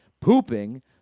pooping